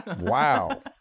Wow